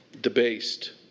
Debased